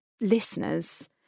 listeners